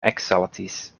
eksaltis